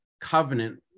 covenant